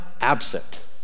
absent